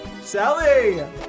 Sally